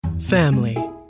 Family